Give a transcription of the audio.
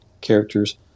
characters